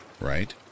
right